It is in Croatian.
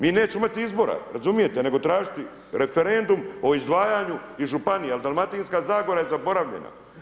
Mi nećemo imati izbora, razumijete, nego tražiti referendum o izdvajanju iz županije jer Dalmatinska zagora je zaboravljena.